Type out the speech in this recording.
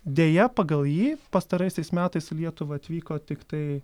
deja pagal jį pastaraisiais metais į lietuvą atvyko tiktai